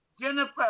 Jennifer